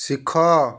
ଶିଖ